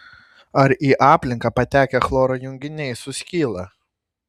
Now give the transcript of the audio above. ar į aplinką patekę chloro junginiai suskyla